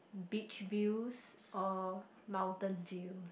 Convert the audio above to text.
beach views or mountain dew